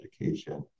education